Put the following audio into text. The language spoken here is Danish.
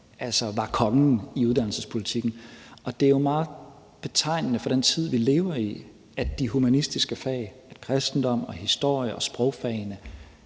var kommet ind i uddannelsespolitikken, og det er jo meget betegnende for den tid, vi lever i, at de humanistiske fag – kristendom, historie og sprogfagene